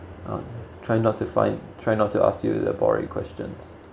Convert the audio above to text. uh try not to find try not to ask you the boring questions